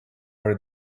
were